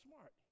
smart